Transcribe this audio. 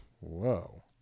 Whoa